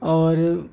اور